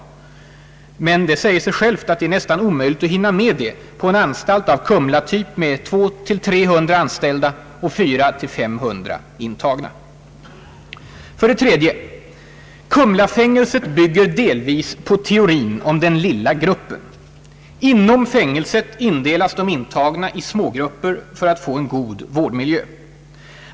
Men det säger sig självt att det är nästan omöjligt att hinna med det på en anstalt av Kumlatyp med 200 —300 anställda och 400—500 intagna. 3. Kumlafängelset bygger delvis på teorin om »den lilla gruppen». Inom fängelset indelas de intagna i små grupper för att få en god vårdmiljö.